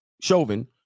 Chauvin